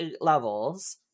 levels